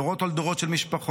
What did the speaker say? דורות על דורות של משפחות,